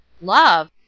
Love